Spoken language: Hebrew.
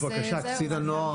כן.